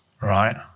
Right